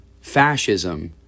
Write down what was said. fascism